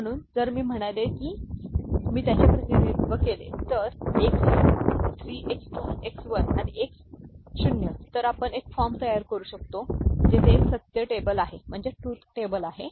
म्हणून जर मी म्हणालो की मी त्यांचे प्रतिनिधित्व केले तर एक्स 3 एक्स 2 एक्स 1 आणि एक्स शून्य तर आपण एक फॉर्म तयार करू शकतो जेथे एक सत्य टेबल आहे जेथे हा एक्स 3 आहे